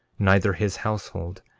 neither his household,